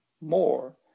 more